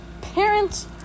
Parents